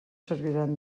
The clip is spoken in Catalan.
serviran